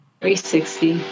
360